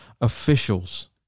officials